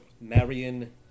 Marion